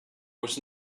was